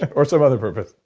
but or some other purpose?